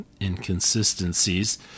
inconsistencies